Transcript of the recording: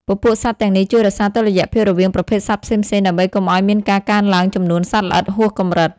ពពួកសត្វទាំងនេះជួយរក្សាតុល្យភាពរវាងប្រភេទសត្វផ្សេងៗ ដើម្បីកុំឱ្យមានការកើនឡើងចំនួនសត្វល្អិតហួសកម្រិត។